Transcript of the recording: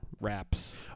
wraps